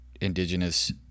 indigenous